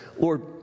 Lord